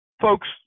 folks